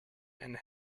and